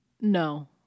No